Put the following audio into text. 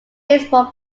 baseball